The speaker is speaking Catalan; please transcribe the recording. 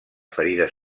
ferides